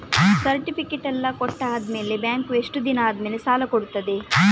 Certificate ಎಲ್ಲಾ ಕೊಟ್ಟು ಆದಮೇಲೆ ಬ್ಯಾಂಕ್ ಎಷ್ಟು ದಿನ ಆದಮೇಲೆ ಸಾಲ ಕೊಡ್ತದೆ?